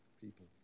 people